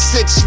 Six